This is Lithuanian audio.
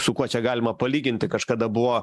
su kuo čia galima palyginti kažkada buvo